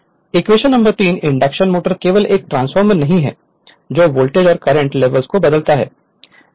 Refer Slide Time 2848 induction number 3 induction motor केवल एक transformer नहीं है जो वोल्टेज और करंट लेवल्स को बदलता है